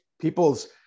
people's